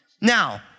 Now